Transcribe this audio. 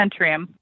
Centrium